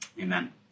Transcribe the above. amen